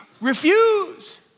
refuse